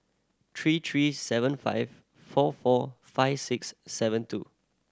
three three seven five four four five six seven two